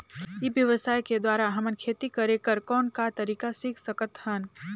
ई व्यवसाय के द्वारा हमन खेती करे कर कौन का तरीका सीख सकत हन?